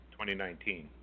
2019